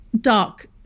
dark